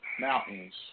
mountains